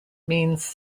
means